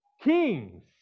Kings